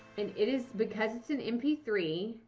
and it is. because it's an m p three.